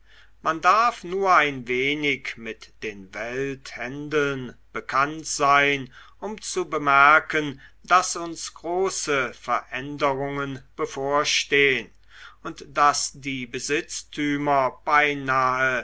man darf nur ein wenig mit den welthändeln bekannt sein um zu bemerken daß uns große veränderungen bevorstehn und daß die besitztümer beinahe